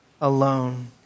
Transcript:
alone